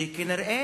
וכנראה